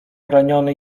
raniony